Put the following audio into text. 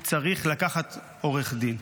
הוא צריך לקחת עורך דין.